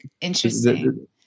interesting